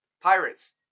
Pirates